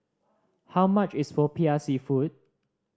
how much is Popiah Seafood